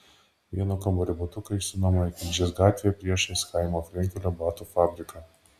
vieno kambario butuką išsinuomojo tilžės gatvėje priešais chaimo frenkelio batų fabriką